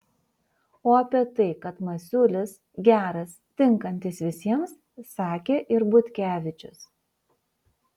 o apie tai kad masiulis geras tinkantis visiems sakė ir butkevičius